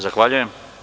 Zahvaljujem.